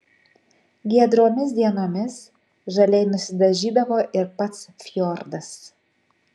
giedromis dienomis žaliai nusidažydavo ir pats fjordas